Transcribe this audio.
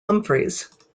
humphreys